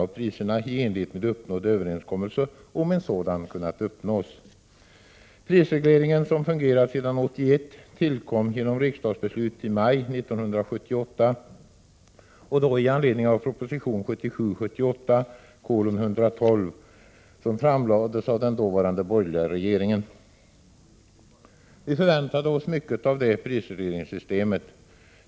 Herr talman! Jordbruksutskottets betänkande nr 23 handlar om prisregleringen på fisk m.m. Den proposition som ligger till grund för betänkandet har som underlag den överenskommelse som träffats mellan konsumentdelegationen och fiskets förhandlingsdelegation och har förhandlats fram under ledning av statens jordbruksnämnd. Nämnden har regeringens uppdrag att leda förhandlingarna och framlägga förslag till reglering av priserna i enlighet med uppnådd överenskommelse, om sådan kunnat uppnås. Vi förväntade oss mycket av detta prisregleringssystem.